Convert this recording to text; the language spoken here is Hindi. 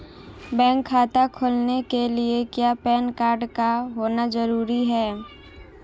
बैंक खाता खोलने के लिए क्या पैन कार्ड का होना ज़रूरी है?